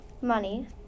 money